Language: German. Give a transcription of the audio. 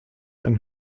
ein